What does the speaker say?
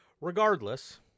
regardless